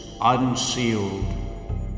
unsealed